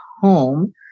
home